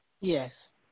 Yes